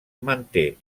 manté